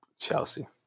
Chelsea